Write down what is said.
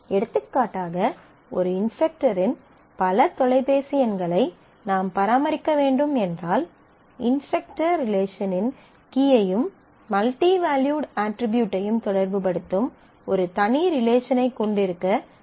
எடுத்துக்காட்டாக ஒரு இன்ஸ்டரக்டரின் பல தொலைபேசி எண்களை நாம் பராமரிக்க வேண்டும் என்றால் இன்ஸ்டரக்டர் ரிலேஷனின் கீயையும் மல்டி வேல்யூட் அட்ரிபியூட்டையும் தொடர்புபடுத்தும் ஒரு தனி ரிலேஷனைக் கொண்டிருக்க நாம் தீர்மானிக்கலாம்